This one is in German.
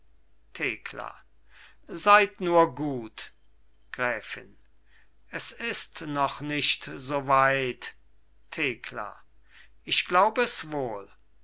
thekla seid nur gut gräfin es ist noch nicht so weit thekla ich glaub es wohl